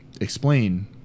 explain